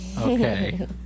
Okay